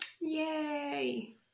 yay